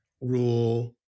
rule